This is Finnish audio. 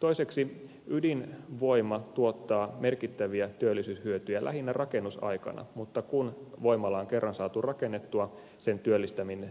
toiseksi ydinvoima tuottaa merkittäviä työllisyyshyötyjä lähinnä rakennusaikana mutta kun voimala on kerran saatu rakennettua sen